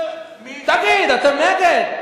תגיד, אתם נגד?